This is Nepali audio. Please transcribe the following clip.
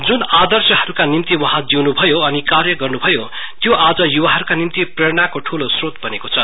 जुन आदर्शहरुका निम्ति वहाँ जीउनु भयो अनि कार्य गर्न्भयो त्यो आज युवाहरुका निम्ति प्रेरणाको ठलो श्रोत बनेको छ